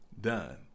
done